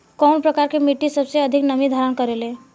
कउन प्रकार के मिट्टी सबसे अधिक नमी धारण करे ले?